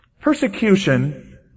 Persecution